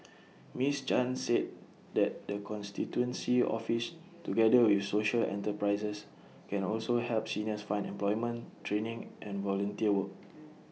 miss chan said the constituency office together with social enterprises can also help seniors find employment training and volunteer work